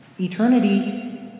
Eternity